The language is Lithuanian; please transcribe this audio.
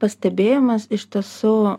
pastebėjimas iš tiesų